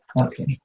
Okay